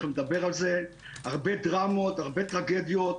הרבה דרמות וטרגדיות.